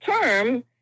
term